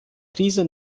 krise